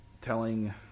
telling